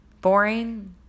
boring